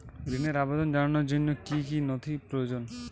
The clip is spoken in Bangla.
ঋনের আবেদন জানানোর জন্য কী কী নথি প্রয়োজন?